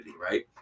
Right